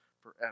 forever